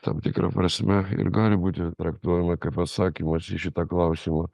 tam tikra prasme ir gali būti traktuojama kaip atsakymas į šitą klausimą